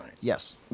Yes